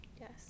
Yes